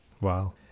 Wow